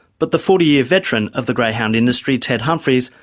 but the forty year veteran of the greyhound industry, ted humphries,